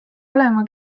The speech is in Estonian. olema